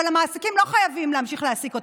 אבל המעסיקים לא חייבים להמשיך להעסיק אותן.